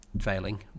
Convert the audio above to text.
failing